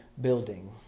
building